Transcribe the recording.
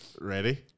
Ready